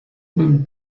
bym